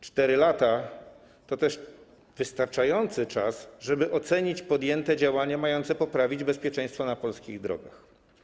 4 lata to też wystarczająco długi czas, żeby ocenić podjęte działania mające poprawić stan bezpieczeństwa na polskich drogach.